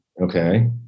okay